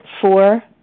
Four